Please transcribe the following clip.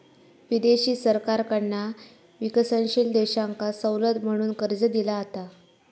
विदेशी सरकारकडना विकसनशील देशांका सवलत म्हणून कर्ज दिला जाता